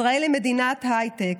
ישראל היא מדינת הייטק.